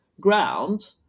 ground